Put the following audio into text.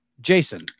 Jason